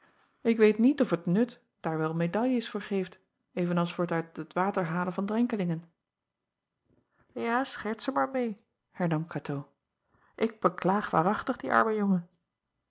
k weet niet of het ut daar wel medaljes voor geeft even als voor t uit het water halen van drenkelingen a scherts er maar meê hernam atoo ik beklaag waarachtig dien armen jongen